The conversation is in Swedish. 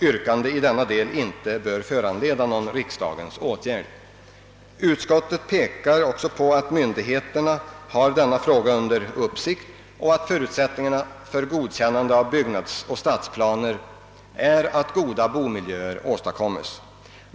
yrkande i denna del inte bör föranleda någon riksdagens åtgärd. Utskottet pekar också på att myndigheterna har denna fråga under uppsikt och att förutsättningen för godkännande av byggnadsoch stadsplaner är att goda bomiljöer åstadkommes.